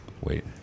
wait